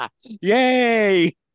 Yay